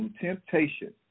temptation